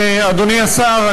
אדוני השר,